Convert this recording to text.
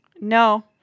No